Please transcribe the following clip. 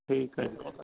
ਠੀਕ ਹੈ ਜੀ